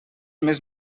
més